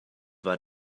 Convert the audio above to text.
war